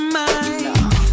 mind